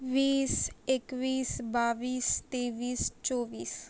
वीस एकवीस बावीस तेवीस चोवीस